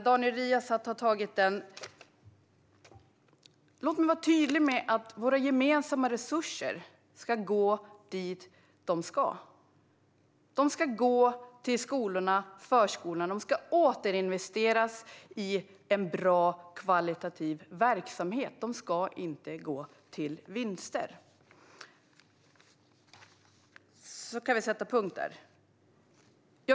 Även Daniel Riazat har tagit den. Låt mig vara tydlig med vart våra gemensamma resurser ska gå. De ska gå till skolorna och förskolorna. De ska återinvesteras i en verksamhet av bra kvalitet. De ska inte gå till vinster. Där kan vi sätta punkt.